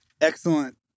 Excellent